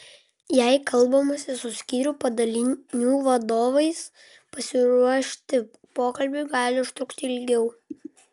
jei kalbamasi su skyrių padalinių vadovais pasiruošti pokalbiui gali užtrukti ilgiau